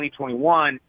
2021